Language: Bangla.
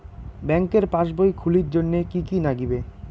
ব্যাঙ্কের পাসবই খুলির জন্যে কি কি নাগিবে?